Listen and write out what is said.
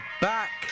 back